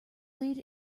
lead